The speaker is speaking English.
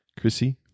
Chrissy